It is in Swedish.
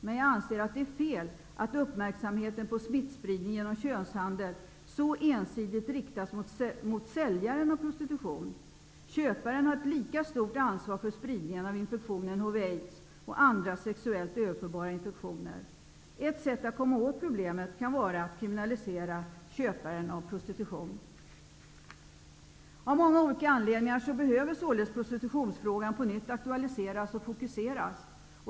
Men jag anser att det är fel att uppmärksamheten på smittspridning genom könshandel så ensidigt riktats mot säljaren av prostitution. Köparen har ett lika stort ansvar för spridningen av infektionen HIV/aids och andra sexuellt överförbara infektioner. Ett sätt att komma åt problemet kan vara att kriminalisera köparen av prostitution. Av många olika anledningar behöver således prostitutionsfrågan på nytt aktualiseras och fokuseras.